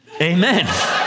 Amen